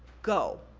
go.